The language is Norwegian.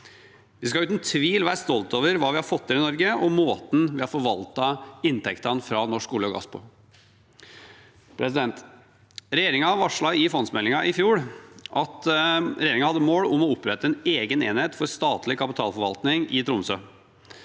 Vi skal uten tvil være stolte over hva vi har fått til i Norge, og måten vi har forvaltet inntektene fra norsk olje og gass på. Regjeringen varslet i fondsmeldingen i fjor at de hadde mål om å opprette en egen enhet for statlig kapitalforvaltning i Tromsø.